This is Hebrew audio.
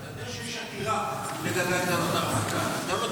אתה יודע שיש עתירה לגבי הגדלות הרמטכ"ל.